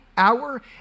hour